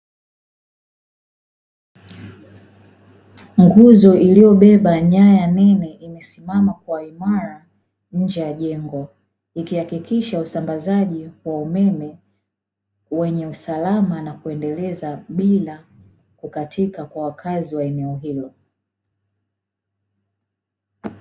Nguzo iliyobeba nyaya nene imesimama kwa uimara nje ya jengo, ikihakikisha usambazaji wa umeme wenye usalama na kuendeleza bila kukatika kwa wakazi wa eneo hilo.